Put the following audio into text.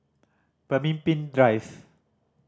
Pemimpin Drive